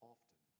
Often